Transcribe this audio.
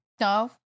No